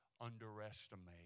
underestimate